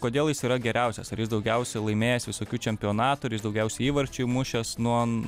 kodėl jis yra geriausias ar jis daugiausiai laimėjęs visokių čempionatų ar jis daugiausiai įvarčių įmušęs nuo